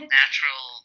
natural